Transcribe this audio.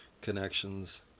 connections